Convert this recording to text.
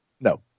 No